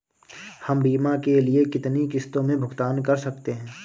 हम बीमा के लिए कितनी किश्तों में भुगतान कर सकते हैं?